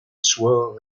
soit